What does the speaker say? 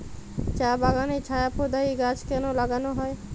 চা বাগানে ছায়া প্রদায়ী গাছ কেন লাগানো হয়?